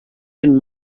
den